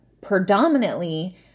predominantly